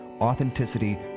authenticity